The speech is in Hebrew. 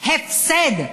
הפסד.